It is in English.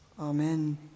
Amen